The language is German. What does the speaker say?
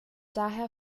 daher